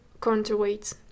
counterweight